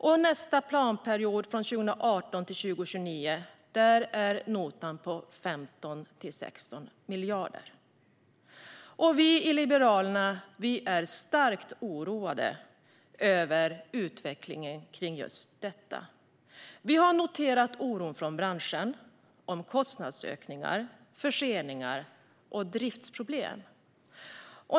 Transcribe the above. Och för nästa planperiod, 2018-2029, ligger notan på 15-16 miljarder. Vi i Liberalerna är djupt oroade över utvecklingen kring just detta. Vi har noterat oro från branschen över kostnadsökningar, förseningar och driftsproblem.